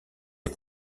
des